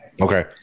Okay